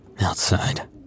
Outside